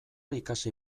ikasi